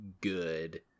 good